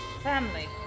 family